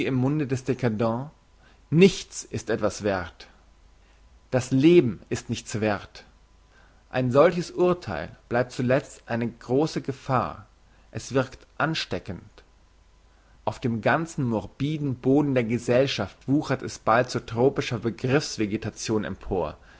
im munde des dcadent nichts ist etwas werth das leben ist nichts werth ein solches urtheil bleibt zuletzt eine grosse gefahr es wirkt ansteckend auf dem ganzen morbiden boden der gesellschaft wuchert es bald zu tropischer begriffs vegetation empor